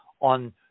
on